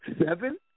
Seven